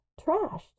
trashed